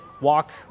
walk